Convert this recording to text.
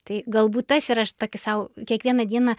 tai galbūt tas ir aš tokį sau kiekvieną dieną